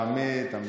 תמיד, תמיד.